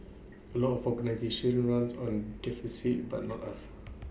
A lot of organisations runs on deficits but not us